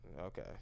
Okay